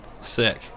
Sick